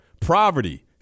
poverty